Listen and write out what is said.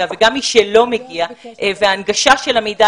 וגם מי שלא מגיע וההנגשה של המידע,